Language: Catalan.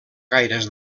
gaires